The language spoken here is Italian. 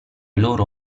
loro